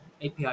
API